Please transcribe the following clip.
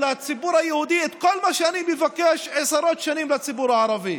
לציבור היהודי את כל מה שאני מבקש עשרות שנים לציבור הערבי.